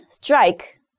strike